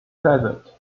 present